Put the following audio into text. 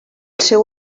seu